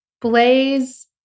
blaze